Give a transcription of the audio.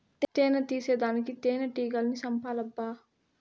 తేని తీసేదానికి తేనెటీగల్ని సంపాలబ్బా